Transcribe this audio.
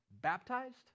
baptized